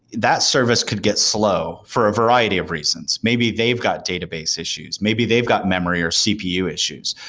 that service could get slow for a variety of reasons. maybe they've got database issues. maybe they've got memory or cpu issues.